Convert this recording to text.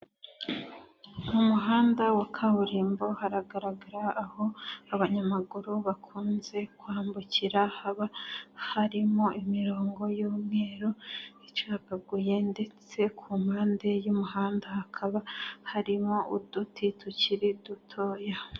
Umuhanda wa kaburimbo haragaragara aho abanyamaguru bakunze kwambukira haba harimo imirongo y'umweru icagaguye ndetse ku mpande y'umuhanda hakaba harimo uduti tukiri dutoya.